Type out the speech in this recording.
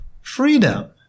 freedom